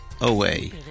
away